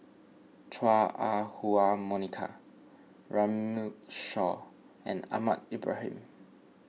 Chua Ah Huwa Monica Runme Shaw and Ahmad Ibrahim